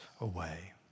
away